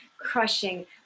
crushing